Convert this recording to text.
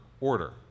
order